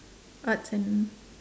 arts and